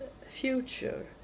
future